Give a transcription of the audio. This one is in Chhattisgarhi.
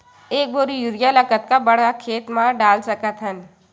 एक बोरी यूरिया ल कतका बड़ा खेत म डाल सकत हन?